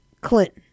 Clinton